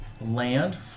land